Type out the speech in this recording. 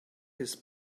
his